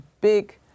big